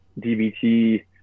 DBT